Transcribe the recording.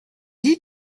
dis